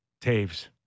Taves